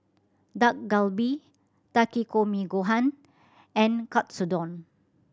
Dak Galbi Takikomi Gohan and Katsudon